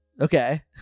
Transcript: Okay